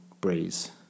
breeze